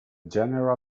general